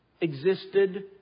existed